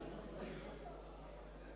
אין